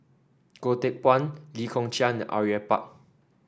Goh Teck Phuan Lee Kong Chian and Au Yue Pak